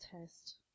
test